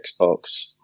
Xbox